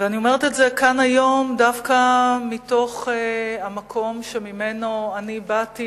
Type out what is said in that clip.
אני אומרת את זה כאן היום דווקא מתוך המקום שממנו אני באתי,